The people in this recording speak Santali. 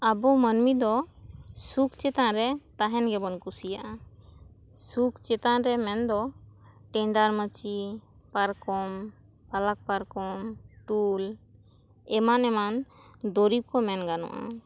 ᱟᱵᱚ ᱢᱟᱹᱱᱢᱤ ᱫᱚ ᱥᱩᱠ ᱪᱮᱛᱟᱱ ᱨᱮ ᱛᱟᱦᱮᱱ ᱜᱮᱵᱚᱱ ᱠᱩᱥᱤᱭᱟᱜᱼᱟ ᱥᱩᱠ ᱪᱮᱛᱟᱱ ᱨᱮ ᱢᱮᱱ ᱫᱚ ᱴᱮᱸᱰᱟᱨ ᱢᱟᱹᱪᱤ ᱯᱟᱨᱠᱚᱢ ᱯᱟᱞᱟᱠ ᱯᱟᱨᱠᱚᱢ ᱴᱩᱞ ᱮᱢᱟᱱ ᱮᱢᱟᱱ ᱫᱩᱨᱤᱵᱽ ᱠᱚ ᱢᱮᱱ ᱜᱟᱱᱚᱜᱼᱟ